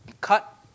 cut